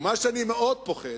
ומה שאני מאוד פוחד,